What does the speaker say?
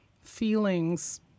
feelings